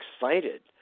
excited